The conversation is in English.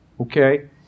Okay